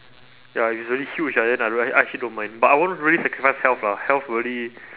ya if it's really huge ah then I rea~ I actually don't mind but I won't really sacrifice health lah health really